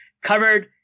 covered